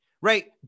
right